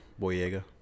Boyega